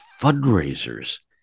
fundraisers